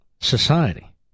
society